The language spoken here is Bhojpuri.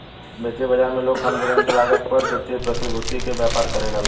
वित्तीय बाजार में लोग कम लेनदेन के लागत पर वित्तीय प्रतिभूति के व्यापार करेला लो